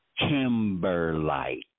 Kimberlite